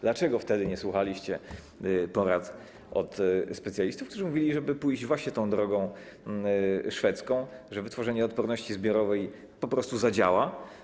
Dlaczego wtedy nie słuchaliście porad specjalistów, którzy mówili, żeby pójść właśnie tą szwedzką drogą, że wytworzenie odporności zbiorowej po prostu zadziała?